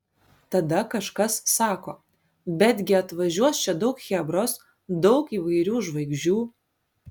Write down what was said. tada kažkas sako bet gi atvažiuos čia daug chebros daug įvairių žvaigždžių